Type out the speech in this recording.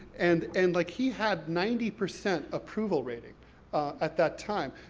and and like, he had ninety percent approval rating at that time.